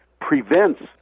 prevents